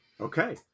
okay